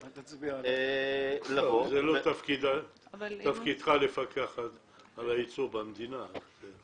לבוא --- אין זה תפקידך לפקח על הייצור במדינה.